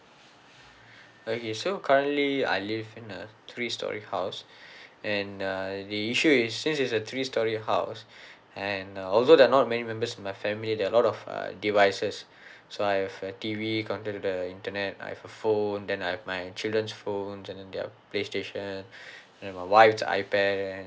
okay so currently I live in a three storey house and uh the issue is since it's a three storey house and uh although there are not many members in my family there are a lot of uh devices so I've a T_V connected to the the internet I've a phone then I have my children's phones and then their playstation and my wife's ipad